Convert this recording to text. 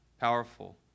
Powerful